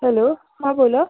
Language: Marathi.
हॅलो हां बोला